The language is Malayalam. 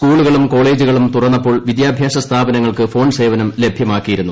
സ്കൂളുകളും കോളേജുകളും തുറന്നപ്പോൾ വിദ്യാഭ്യാസ സ്ഥാപനങ്ങൾക്ക് ഫോൺ സേവനം ലഭ്യ മാക്കിയിരുന്നു